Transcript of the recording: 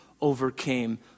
overcame